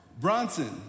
Bronson